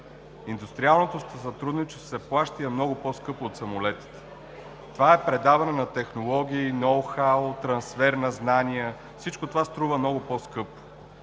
Индустриалното сътрудничество се плаща и е много по-скъпо от самолетите. Това е предаване на технологии, ноу-хау, трансфер на знания и всичко това струва много по-скъпо.